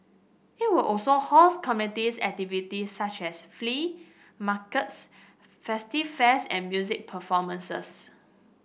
it will also host communities activities such as flea markets festive fairs and music performances